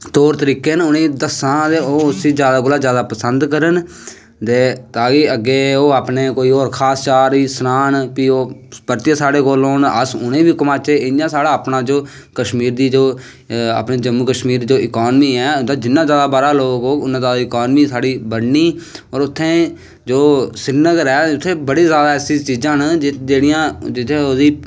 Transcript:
तौर तरीके न उनेंगी दस्सां ते ओह् उनेंगी जादा कोला दा जादा पसंद करन ते ओह् अग्गैं खास जार गी सनान ते ओह् परतियै साढ़े कोल औन अस उनेंगी बी घुमाचै इयां साढ़ा जो अपने जम्मू कस्मीर दी जो इकानमी ऐ जिन्ने जादा बाह्रा दा लोग औन उन्नी जादा साढ़ी इकानमी बननी ते उत्थें जो श्री नगर ऐ उत्थें चीजां न जेह्ड़ियां चीजां